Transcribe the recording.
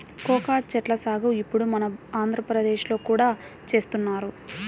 cocoa చెట్ల సాగు ఇప్పుడు మన ఆంధ్రప్రదేశ్ లో కూడా చేస్తున్నారు